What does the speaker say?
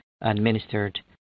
administered